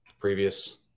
previous